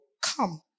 come